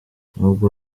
nubwo